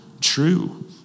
true